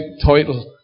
title